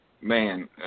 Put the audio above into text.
Man